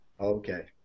Okay